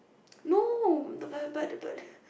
no